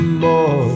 more